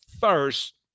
first